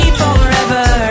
forever